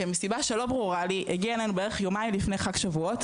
שמסיבה שלא ברורה לי הגיעה אלינו בערך יומיים לפני חג שבועות